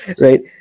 Right